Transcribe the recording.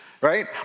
Right